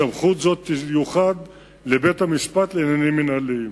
סמכות זו תיוחד לבית-המשפט לעניינים מינהליים.